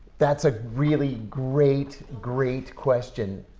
that's a really great, great question.